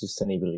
sustainability